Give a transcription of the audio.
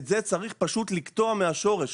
את זה צריך לגדוע מהשורש,